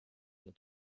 not